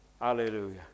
Hallelujah